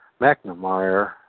McNamara